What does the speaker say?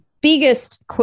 biggest